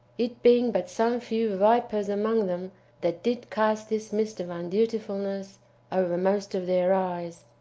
it being but some few vipers among them that did cast this mist of undutifulness over most of their eyes.